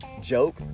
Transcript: joke